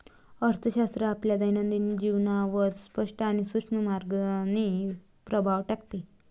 अर्थशास्त्र आपल्या दैनंदिन जीवनावर स्पष्ट आणि सूक्ष्म मार्गाने प्रभाव टाकते